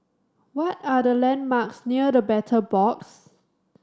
what are the landmarks near The Battle Box